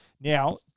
Now